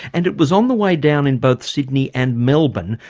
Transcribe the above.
and it was on the way down in both sydney and melbourne,